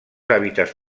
hàbitats